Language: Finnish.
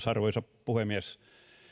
arvoisa puhemies